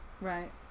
right